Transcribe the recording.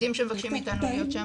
מפרקליטים שמבקשים מאתנו להיות שם.